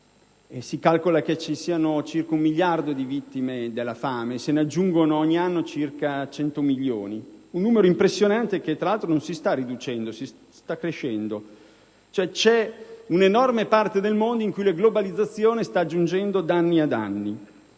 Si calcola che vi sia circa un miliardo di vittime della fame, a cui se ne aggiungono ogni anno circa 100 milioni. Un numero impressionante che, tra l'altro, non si sta riducendo, ma sta crescendo. In altri termini, c'è un'enorme parte del mondo in cui la globalizzazione sta aggiungendo danni a danni